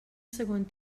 segon